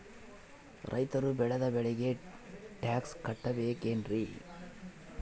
ರೈತರು ಬೆಳೆದ ಬೆಳೆಗೆ ಟ್ಯಾಕ್ಸ್ ಕಟ್ಟಬೇಕೆನ್ರಿ?